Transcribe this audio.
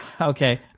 okay